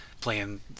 playing